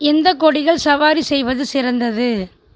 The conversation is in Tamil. எந்த கொடிகள் சவாரி செய்வது சிறந்தது